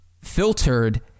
filtered